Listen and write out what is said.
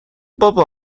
بابا